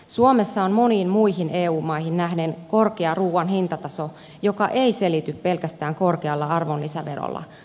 suomessa on moniin muihin eu maihin nähden korkea ruuan hintataso joka ei selity pelkästään korkealla arvonlisäverolla